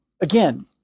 again